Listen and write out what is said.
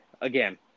again